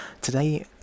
Today